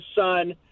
son